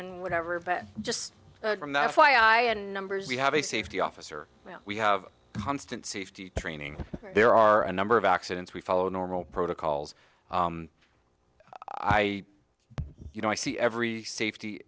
and whatever but just from that's why and numbers we have a safety officer well we have constant safety training there are a number of accidents we follow normal protocols i you know i see every